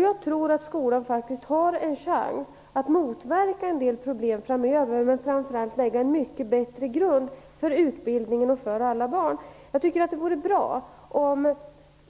Jag tror att skolan faktiskt har en chans att motverka en del problem framöver, men framför allt lägga en mycket bättre grund för utbildningen för alla barn. Jag tycker att det vore bra om